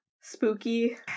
Spooky